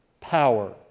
power